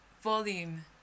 volume